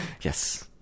Yes